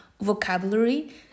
vocabulary